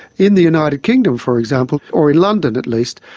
in the united kingdom, for example, or in london at least,